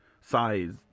size